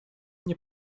nie